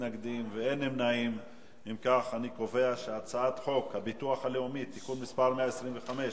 ההצעה להעביר את הצעת חוק הביטוח הלאומי (תיקון מס' 125)